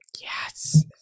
Yes